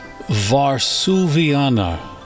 Varsuviana